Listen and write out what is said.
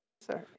Sorry